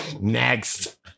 Next